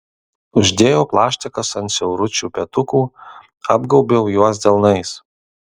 uždėjau plaštakas ant siauručių petukų apgaubiau juos delnais